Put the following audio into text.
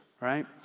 right